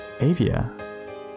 avia